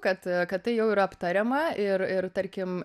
kad kad tai jau yra aptariama ir ir tarkim